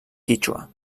quítxua